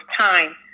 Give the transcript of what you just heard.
time